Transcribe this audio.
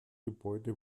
gebäude